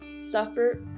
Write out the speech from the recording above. suffer